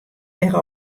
wer